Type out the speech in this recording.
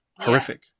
horrific